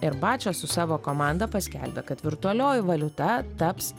ir bačia su savo komanda paskelbė kad virtualioji valiuta taps